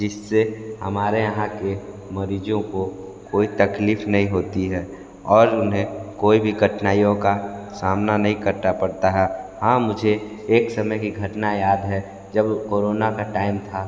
जिससे हमारे यहाँ के मरीजों को कोई तकलीफ नहीं होती है और उन्हें कोई भी कठिनाइयों का सामना नही करना पड़ता है हाँ मुझे एक समय की घटना याद है जब कोरोना का टाइम था